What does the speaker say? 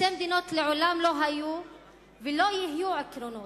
שתי מדינות מעולם לא היו ולא יהיו עקרונות.